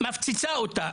ומפציצה אותה.